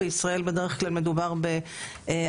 בישראל בדרך כלל מדובר בערבים,